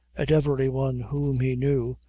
at every one whom he knew,